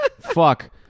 Fuck